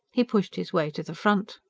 he pushed his way to the front.